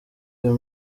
iyo